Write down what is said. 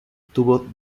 tubo